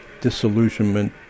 disillusionment